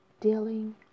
dealing